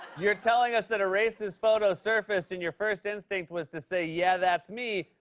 you're telling us that a racist photo surfaced, and your first instinct was to say, yeah, that's me,